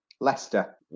Leicester